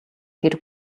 тэр